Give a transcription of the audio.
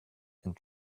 and